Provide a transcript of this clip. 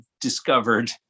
discovered